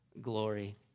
glory